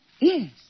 Yes